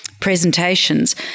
presentations